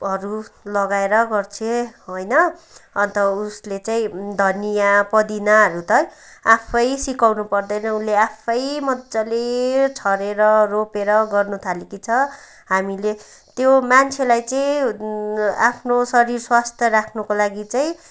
हरू लगाएर गर्छे होइन अन्त उसले चाहिँ धनियाँ पदिनाहरू त आफै सिकाउनु पर्दैन उसले आफै मज्जाले छरेर रोपेर गर्नु थालेकी छ हामीले त्यो मान्छेलाई चाहिँ आफ्नो शरीर स्वास्थ्य राख्नुको लागि चाहिँ